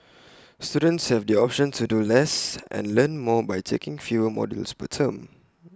students have the option to do less and learn more by taking fewer modules per term